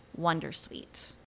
Wondersuite